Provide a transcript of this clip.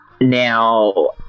Now